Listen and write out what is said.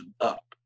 up